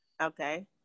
Okay